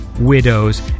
widows